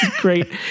great